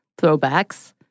throwbacks